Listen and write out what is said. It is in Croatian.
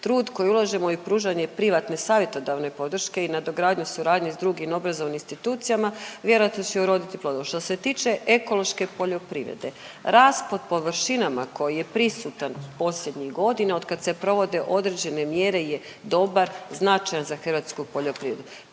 Trud koji ulažemo i pružanje privatne savjetodavne podrške i nadogradnju suradnje s drugim obrazovnim institucijama vjerojatno će uroditi plodom. Što se tiče ekološke poljoprivrede, rast pod površinama koji je prisutan posljednjih godina od kad se provode određene mjere je dobar, značajan za hrvatsku poljoprivredu.